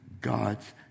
God's